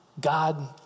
God